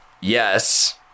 yes